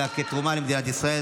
אלא כתרומה למדינת ישראל.